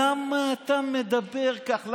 למה אתה מדבר כך?